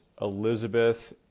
Elizabeth